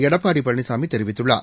எடப்பாடி பழனிசாமி தெரிவித்துள்ளார்